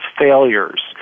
failures